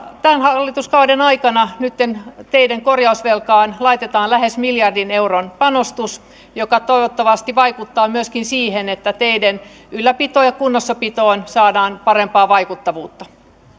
tämän hallituskauden aikana nytten teiden korjausvelkaan laitetaan lähes miljardin euron panostus joka toivottavasti vaikuttaa myöskin siihen että teiden ylläpitoon ja kunnossapitoon saadaan parempaa vaikuttavuutta